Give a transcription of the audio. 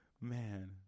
Man